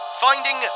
finding